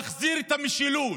להחזיר את המשילות.